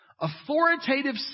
authoritative